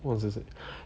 what was this